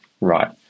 right